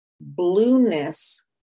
blueness